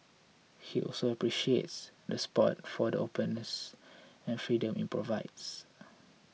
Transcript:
he also appreciates the spot for the openness and freedom it provides